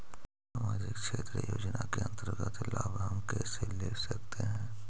समाजिक क्षेत्र योजना के अंतर्गत लाभ हम कैसे ले सकतें हैं?